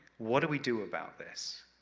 what do we do about this?